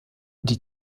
die